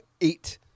eight